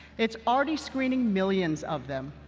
it's already screening millions of them.